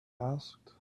asked